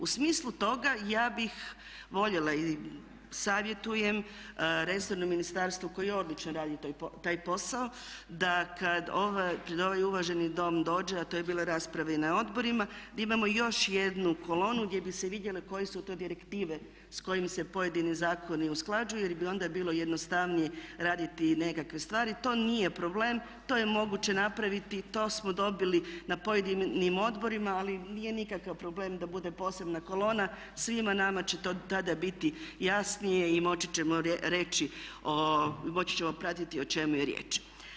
U smislu toga ja bih voljela i savjetujem resornom ministarstvu koji odlično radi taj posao da kada pred ovaj uvaženi Dom dođe a to je bilo rasprave i na odborima da imamo još jednu kolonu gdje bi se vidjele koje su to direktive s kojim se pojedini zakoni usklađuju jer bi onda bilo jednostavnije raditi nekakve stvari, to nije problem, to je moguće napraviti, to smo dobili na pojedinim odborima ali nije nikakav problem da bude posebna kolona, svima nama će to tada biti jasnije i moći ćemo reći, moći ćemo pratiti o čemu je riječ.